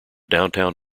downtown